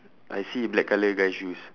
I see black colour guy shoes